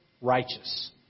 righteous